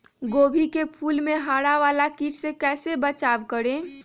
गोभी के फूल मे हरा वाला कीट से कैसे बचाब करें?